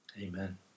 Amen